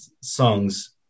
songs